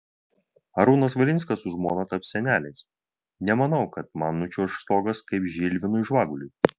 arūnas valinskas su žmona taps seneliais nemanau kad man nučiuoš stogas kaip žilvinui žvaguliui